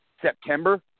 September